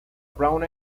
brown